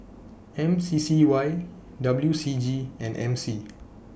M C C Y W C G and M C